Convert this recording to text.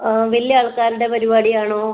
വല്യ ആൾക്കാരുടെ പരിപാടി ആണോ